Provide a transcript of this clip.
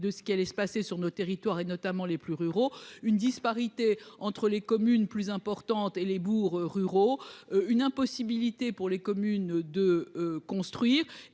de ce qui allait se passer sur nos territoires et notamment les plus ruraux, une disparité entre les communes plus importantes et les bourgs ruraux une impossibilité pour les communes de construire